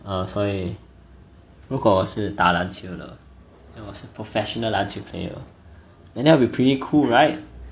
err 所以如果我是打篮球的我是 professional 篮球 player and that will be pretty cool right